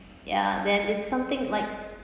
ya then it's something like